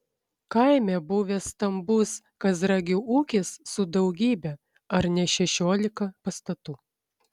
kaime buvęs stambus kazragių ūkis su daugybe ar ne šešiolika pastatų